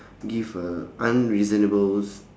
give a unreasonables